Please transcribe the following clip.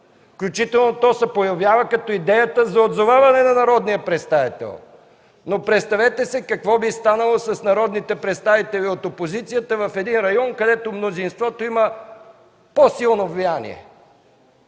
включително то се появява като идеята за отзоваване на народния представител. Обаче представете си какво би станало с народните представители от опозицията в един район, където мнозинството има по-силно влияние.